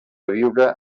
viure